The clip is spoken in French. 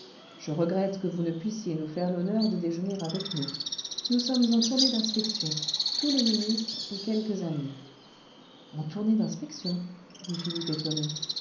je regrette que vous ne puissiez nous faire l'honneur de déjeuner avec nous nous sommes en tournée d'inspection tous les ministres et quelques amis le vingtième siècle en tournée d'inspection dit philippe étonné